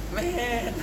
man